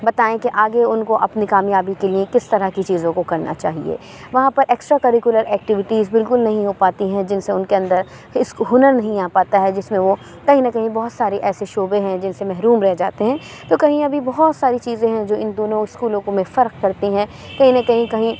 بتائیں کہ آگے اُن کو اپنی کامیابی کے لیے کس طرح کی چیزوں کو کرنا چاہیے وہاں پر ایکسٹرا کریکولر ایکٹوٹیز بالکل نہیں ہو پاتی ہیں جن سے اُن کے اندر ہُنر نہیں آ پاتا ہے جس میں وہ کہیں نہ کہیں بہت سارے ایسے شعبے ہیں جن سے محروم رہ جاتے ہیں تو کہیں ابھی بہت ساری چیزیں ہیں جو اِن دونوں اسکولوں کو میں فرق کرتی ہیں کہ اِنہیں کہیں کہیں